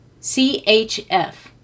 CHF